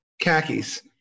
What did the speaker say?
khakis